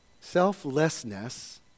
Selflessness